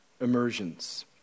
immersions